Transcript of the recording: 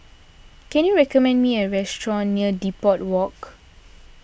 can you recommend me a restaurant near Depot Walk